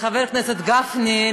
לחבר הכנסת גפני,